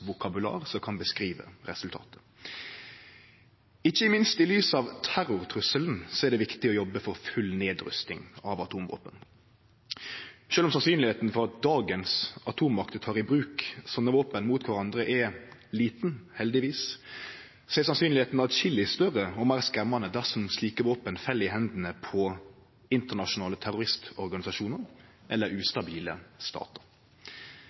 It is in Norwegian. vokabular som kan skildre resultatet. Ikkje minst i lys av terrortrusselen er det viktig å jobbe for full nedrusting av atomvåpen. Sjølv om sannsynlegheita for at dagens atommakter tek i bruk slike våpen mot kvarandre, er lita, heldigvis, er sannsynlegheita atskillig større og meir skremmande dersom slike våpen fell i hendene på internasjonale terroristorganisasjonar eller ustabile statar.